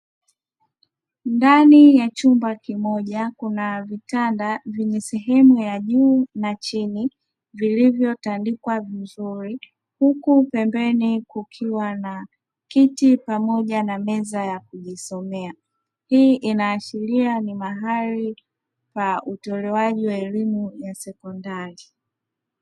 Ndani ya chumba kimoja kuna vitanda vyenye sehemu ya juu na chini vilivyo tandikwa vizuri, huku pembeni kukiwa na kiti pamoja na meza ya kujisomea. Hii inaashiria ni mahali pa utolewaji wa elimu ya sekondari.